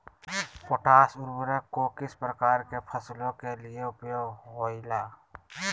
Potash उर्वरक को किस प्रकार के फसलों के लिए उपयोग होईला?